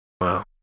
Wow